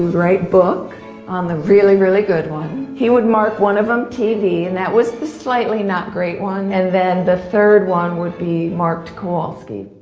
write book on the really, really good one. he would mark one of them tv, and that was the slightly not great one. and then the third one would be marked kowalski,